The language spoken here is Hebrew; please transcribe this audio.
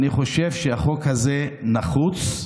אני חושב שהחוק הזה נחוץ.